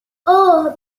اوه